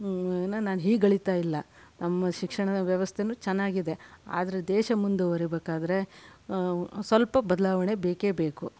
ನಾನು ಹೀಗಳೀತಾ ಇಲ್ಲ ನಮ್ಮ ಶಿಕ್ಷಣದ ವ್ಯವಸ್ಥೆನೂ ಚೆನ್ನಾಗಿದೆ ಆದರೆ ದೇಶ ಮುಂದುವರಿಬೇಕಾದರೆ ಸ್ವಲ್ಪ ಬದಲಾವಣೆ ಬೇಕೇ ಬೇಕು